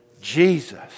Jesus